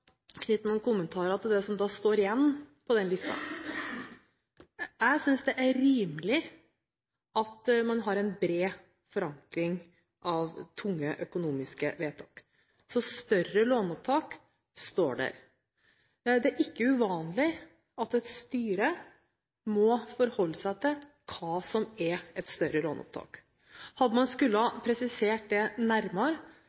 knytte noen kommentarer til det som står igjen på den listen. Jeg synes det er rimelig at man har bred forankring av tunge økonomiske vedtak. Så større låneopptak står der. Det er ikke uvanlig at et styre må forholde seg til hva som er et større låneopptak. Skulle man